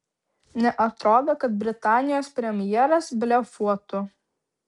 neatrodo kad britanijos premjeras blefuotų